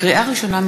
לקריאה ראשונה,